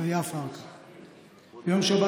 ביום שבת,